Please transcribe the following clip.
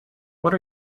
what